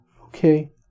okay